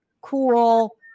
cool